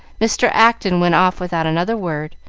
mr. acton went off without another word,